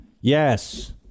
Yes